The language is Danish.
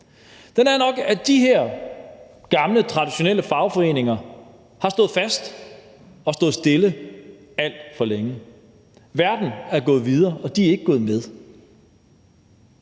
Den er nok, at de her gamle, traditionelle fagforeninger har stået fast og stået stille alt for længe. Verden er gået videre, og de er ikke gået med.